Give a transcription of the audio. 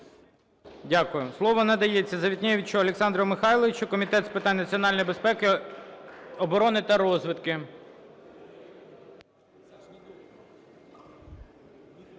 Дякую. Слово надається Завітневичу Олександру Михайловичу, Комітет з питань національної безпеки, оборони та розвідки.